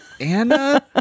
anna